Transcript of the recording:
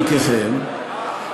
חלקכם.